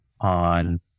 on